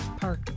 park